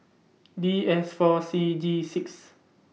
D S four C G six